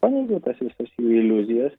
paneigiau tas visas jų iliuzijas